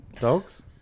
dogs